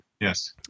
Yes